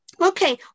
Okay